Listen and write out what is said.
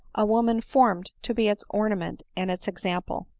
a woman formed to be its ornament and its example.